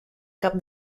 cap